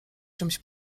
czymś